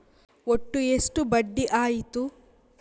ಒಟ್ಟು ಎಷ್ಟು ಬಡ್ಡಿ ಆಯಿತು?